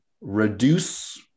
Reduce